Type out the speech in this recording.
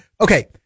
okay